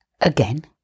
Again